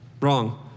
wrong